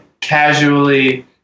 casually